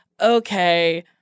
Okay